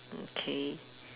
okay